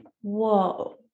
whoa